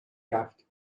رفت